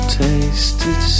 tasted